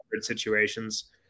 situations